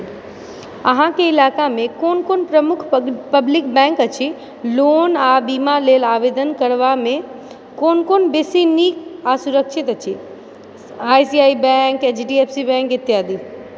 अहाँके इलाकामे कोन कोन प्रमुख पब्लिक बैंक अछि लोन आ बीमा लेल आवेदन करबामे कोन कोन बेसी नीक आ सुरक्षित अछि I C I bank H D F C bank इत्यादि